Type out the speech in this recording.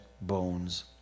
bones